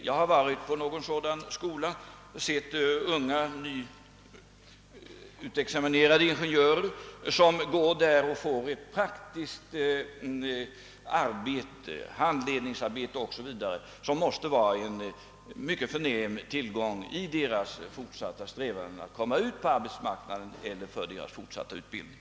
Jag har besökt en sådan skola och sett unga nyutexaminerade ingenjörer som där får utföra ett praktiskt arbete, handledningsarbete o. s. v., vilket måste vara en mycket förnämlig tillgång vid deras strävanden att komma ut på arbetsmarknaden eller för deras fortsatta utbildning.